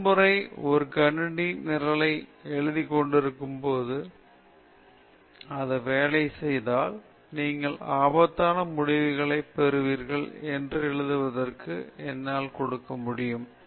முதல் முறை நாம் ஒரு கணினி நிரலை எழுதிக் கொண்டிருக்கும் போது அது வேலை செய்தால் நீங்கள் அபத்தமான முடிவுகளைப் பெறுவீர்கள் என்று எழுதுவதற்கு என்னால் கொடுக்க முடியும்